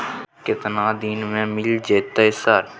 केतना दिन में मिल जयते सर?